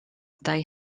they